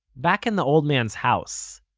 back in the old man's house,